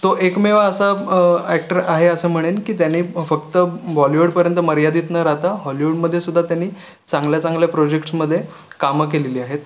तो एकमेव असा अॅक्टर आहे असं म्हणेन की त्याने फक्त बॉलीवूडपर्यंत मर्यादित न राहता हॉलीवूडमध्ये सुद्दा त्याने चांगल्या चांगल्या प्रोजेक्ट्समध्ये कामं केलेली आहेत